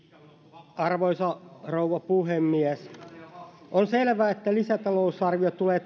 arvoisa rouva puhemies on selvää että lisätalousarvio tulee